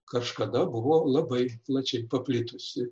kažkada buvo labai plačiai paplitusi